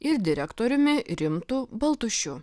ir direktoriumi rimtu baltušiu